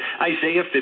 Isaiah